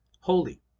holy